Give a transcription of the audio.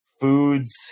foods